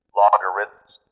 logarithms